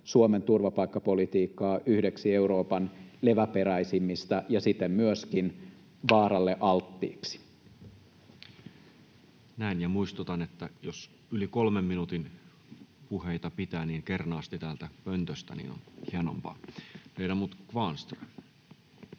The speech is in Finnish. Suomen turvapaikkapolitiikkaa yhdeksi Euroopan leväperäisimmistä ja siten myöskin vaaralle alttiiksi. Näin. — Muistutan, että jos yli 3 minuutin puheita pitää, niin kernaasti täältä pöntöstä. Niin on hienompaa. — Ledamot Kvarnström.